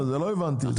לא הבנתי.